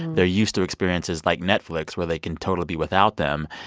they're used to experiences like netflix, where they can totally be without them.